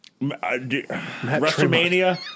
WrestleMania